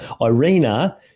Irina